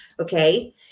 Okay